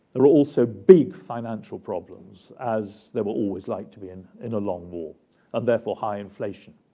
are also big financial problems, as there were always like to be and in a long war and therefore high inflation.